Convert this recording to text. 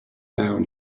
down